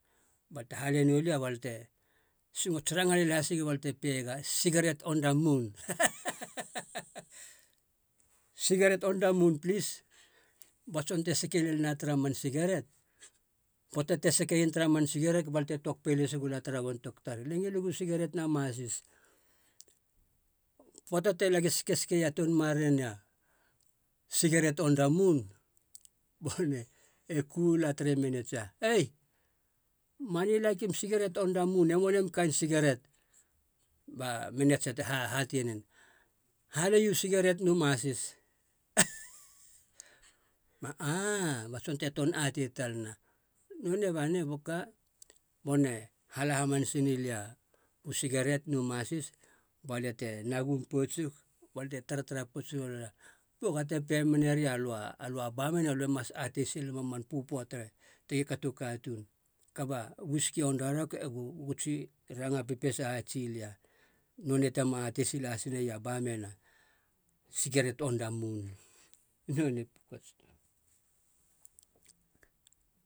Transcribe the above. Bal te hale nolia bal te songots ranga lel hasig balia te peiega, sigeret on da mun sigeret on da mun plis, ba tson te seke lel na tara man sigeret. Poata te sekeien tara man sigeret bal te tok peles gula tara wantok tar, lie ngileg u sigeret na masis. Poata te lagi sekesekea toun marare ni a segeret on da mun, ba nonei e ku la tere menetsia. Ei, man yi laikim sigeret on da mun, em wanem kain sigeret? Ba menetsia te ha- hatei nen, halei u sigeret nu masis. Aaaa, ba tson te ton atei talana, nonei banei boka, bon nei hala hamase nelia u sigeret nu masis balia tena gum poutsig bal te tara tara poutsig. Pua! Ga te pe meneria löa alö a baman alö e mas atei silema a man pöpöa te tegi katu katuun, kaba wiski on da rok egu egu tsi ranga pepesa hatsi lia, nonei tema atei sila has nea baman a sigeret on da mun, nonei puku ats